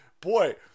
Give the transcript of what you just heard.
Boy